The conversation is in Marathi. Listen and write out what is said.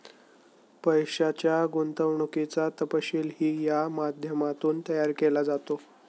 पैशाच्या गुंतवणुकीचा तपशीलही या माध्यमातून तयार केला जातो